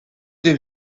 des